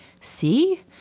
see